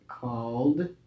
called